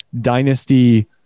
dynasty